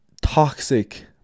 toxic